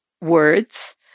words